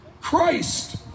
Christ